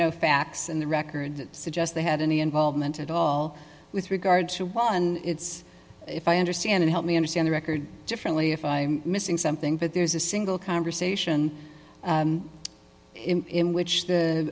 no facts in the record suggests they had any involvement at all with regard to one it's if i understand it help me understand the record differently if i'm missing something but there's a single conversation in which the